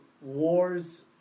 wars